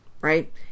right